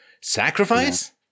sacrifice